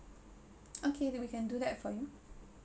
okay then we can do that for you